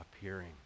appearing